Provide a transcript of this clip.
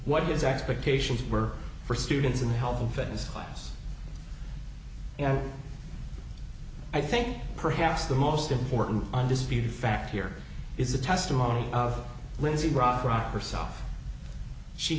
what his expectations were for students in health and fitness class i think perhaps the most important undisputed fact here is the testimony of lindsay rock rock herself she